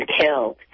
killed